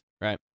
Right